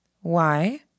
Why